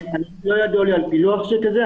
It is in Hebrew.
לא ידוע לי על פילוח כזה.